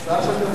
בבקשה.